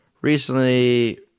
recently